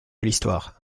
l’histoire